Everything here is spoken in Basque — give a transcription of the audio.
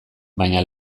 baina